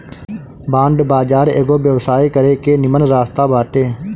bond बाजार एगो व्यवसाय करे के निमन रास्ता बाटे